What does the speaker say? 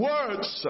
Words